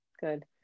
Good